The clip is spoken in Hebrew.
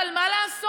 אבל מה לעשות,